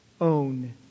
own